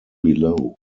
below